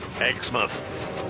Exmouth